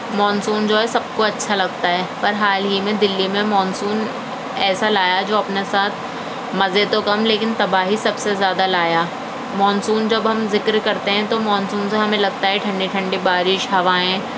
monsoon جو ہے سب کو اچھا لگتا ہے پر حال ہی میں دلی میں مانسوس ایسا لایا جو اپنے ساتھ مزے تو کم لیکن تباہی سب سے زیادہ لایا مانسون جب ہم ذکر کرتے ہیں تو مانسون سے ہمیں لگتا ہے ٹھنڈی ٹھندی بارش ہوائیں